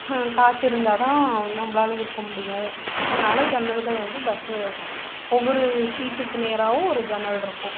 காற்று இருந்தால் தான் நம்மளால இருக்க முடியும் அதனால் ஜன்னல்கள் வந்து பஸ்ஸு ஒவ்வொரு சீட்டுக்கு நேராகவும் ஒரு ஜன்னல் இருக்கும்